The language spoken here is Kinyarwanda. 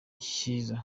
cyiza